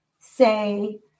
say